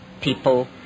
people